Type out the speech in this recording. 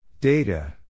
Data